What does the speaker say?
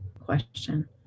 question